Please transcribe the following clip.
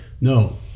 No